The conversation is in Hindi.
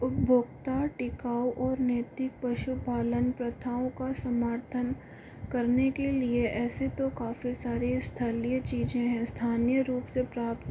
उपभोक्ता टिकाऊ और नैतिक पशुपालन प्रथाओं का समर्थन करने के लिए ऐसे तो कफ़ी सारी स्थलीय चीज़ हैं स्थानीय रूप से प्राप्त